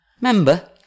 Remember